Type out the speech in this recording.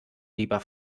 lieber